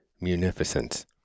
munificence